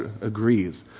agrees